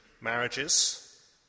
marriages